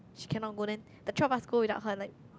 she cannot go then the three of us go without her like